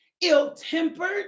ill-tempered